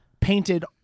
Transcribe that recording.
painted